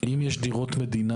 אם יש דירות מדינה,